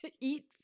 Eat